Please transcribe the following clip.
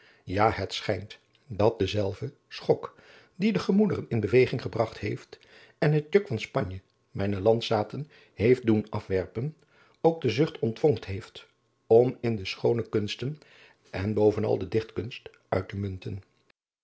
ja het schijnt dat dezelfde schok die de gemoederen in beweging gebragt heeft en het juk van spanje mijne landzaten heeft doen afwerpen ook de zucht ontvonkt heeft om in de schoone kunsten en bovenal de dichtkunst uit te munten